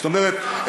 זאת אומרת,